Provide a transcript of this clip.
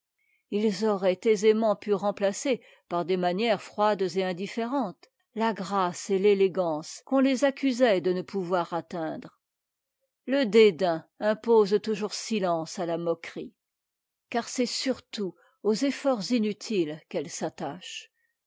ils auraient aisément pu remplacer par des manières froides et indifférentes la grâce et i'élégance qu'on les accusait de ne pouvoir atteindre le dédain impose toujours silence à la moquerie car c'est surtout aux efforts inutiles qu'elle s'attache